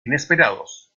inesperados